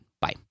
Bye